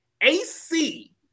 AC